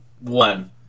One